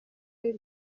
y’u